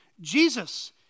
Jesus